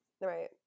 Right